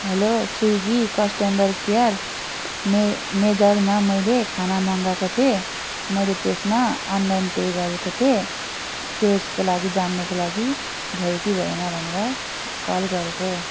hello Swiggy customer care मे मेजरमा मैले खाना मगाएको थिएँ मैले त्यसमा अनलाइन पे गरेको थिएँ त्यसको लागि जान्नुको लागि भयो कि भएन भनेर कल गरेको